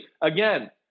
again